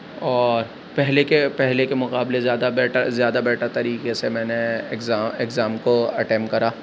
اور پہلے کے پہلے کے مقابلے زیادہ بیٹر زیادہ بیٹر طریقے سے میں نے ایگزام ایگزام کو اٹیمپٹ کرا